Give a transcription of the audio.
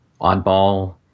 oddball